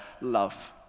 love